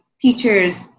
teachers